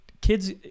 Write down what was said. kids